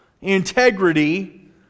integrity